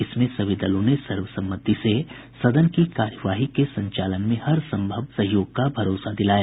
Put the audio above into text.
इसमें सभी दलों ने सर्वसम्मति से सदन की कार्यवाही के संचालन में हर संभव सहयोग का भरोसा दिलाया